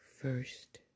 first